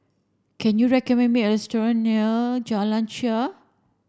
can you recommend me a restaurant near Jalan Shaer